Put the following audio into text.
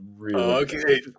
Okay